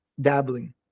dabbling